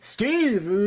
Steve